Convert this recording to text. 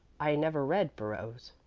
i never read burrows.